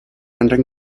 ending